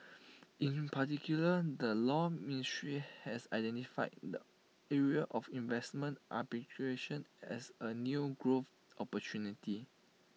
in particular the law ministry has identified the area of investment arbitration as A new growth opportunity